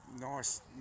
nice